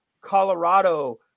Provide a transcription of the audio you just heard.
Colorado